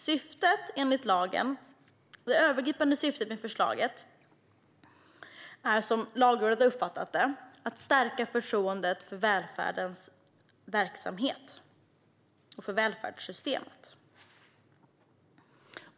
Som Lagrådet har uppfattat det är det övergripande syftet med förslaget att stärka förtroendet för välfärdens verksamhet och för välfärdssystemet.